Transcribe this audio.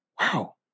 Wow